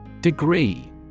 Degree